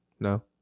No